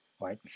right